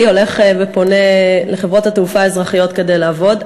הולך ופונה אל חברות התעופה האזרחיות כדי לעבוד.